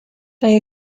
they